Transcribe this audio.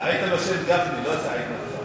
טעית בשם גפני, לא סעיד נפאע.